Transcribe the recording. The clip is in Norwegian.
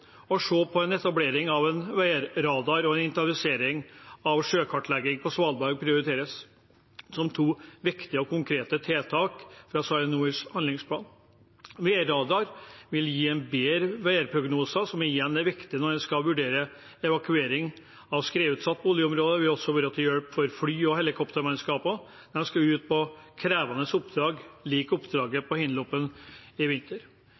av sjøkartlegging på Svalbard prioriteres som to viktige og konkrete tiltak fra SARiNORs handlingsplan. En værradar vil gi bedre værprognoser, som igjen er viktig når en skal vurdere evakuering av skredutsatte boligområder, og vil også være til hjelp for fly- og helikoptermannskapene når de skal ut på krevende oppdrag, lik oppdraget i Hinlopen i vinter.